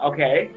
Okay